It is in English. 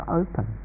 open